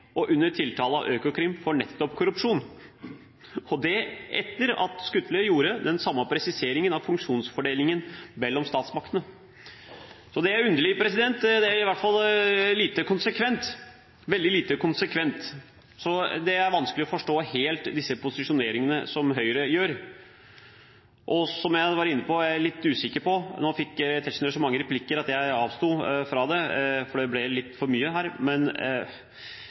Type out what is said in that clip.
og under tiltale av Økokrim for nettopp korrupsjon – og det etter at Skutle gjorde den samme presiseringen av funksjonsfordelingen mellom statsmaktene. Det er underlig, det er i hvert fall veldig lite konsekvent, så det er vanskelig helt å forstå disse posisjoneringene som Høyre gjør. Som jeg var inne på: Jeg er litt usikker på, og det er vanskelig å vite – nå fikk Tetzschner så mange replikker at jeg avsto fra det, for det ble litt for mye her